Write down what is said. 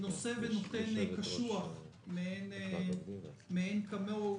הוא נושא ונותן קשוח מאין כמוהו,